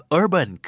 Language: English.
urban